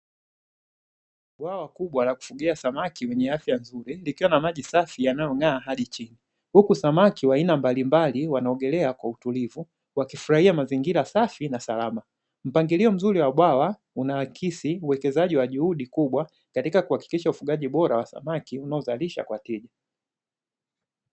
Bwawa kubwa la kufugia samaki wenye afya nzuri likiwa na maji safi yanayong'aa hadi chini, huku samaki wa aina mbalimbli wanaogelea kwa utulivu, wakifurahia mazingira safi na salama. Mpangilio mzuri wa bwawa unaakisi uwekezaji wa juhudi kubwa, katika kuhakikisha ufugajiji bora wa samaki unaozalisha kwa kina.